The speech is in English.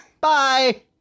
Bye